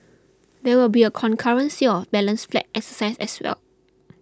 there will be a concurrent sale balance flats exercise as well